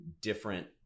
different